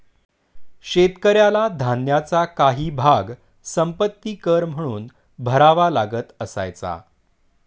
शेतकऱ्याला धान्याचा काही भाग संपत्ति कर म्हणून भरावा लागत असायचा